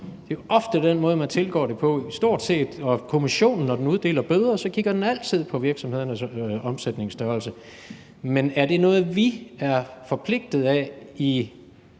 Det er jo ofte den måde, man tilgår det på – stort set. Når Kommissionen uddeler bøder, kigger den altid på virksomhedernes omsætnings størrelse. Men er det noget, vi er forpligtet af i